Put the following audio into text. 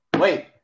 Wait